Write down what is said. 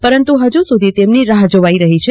પરંતુ હજુ સુધી તેમની રાહ જોવાઇ રહી છે